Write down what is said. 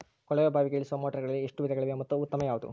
ಕೊಳವೆ ಬಾವಿಗೆ ಇಳಿಸುವ ಮೋಟಾರುಗಳಲ್ಲಿ ಎಷ್ಟು ವಿಧಗಳಿವೆ ಮತ್ತು ಉತ್ತಮ ಯಾವುದು?